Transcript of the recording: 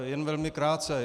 Jen velmi krátce.